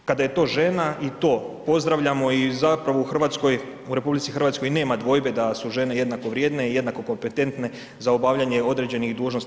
Kada je to žena i to pozdravljamo i zapravo u RH nema dvojbe da su žene jednako vrijedne i jednako kompetentne za obavljanje određenih dužnosti.